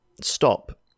Stop